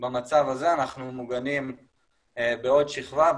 במצב הזה אנחנו מוגנים בעוד שכבבה,